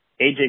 AJ